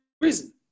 reason